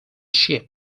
ship